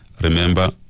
remember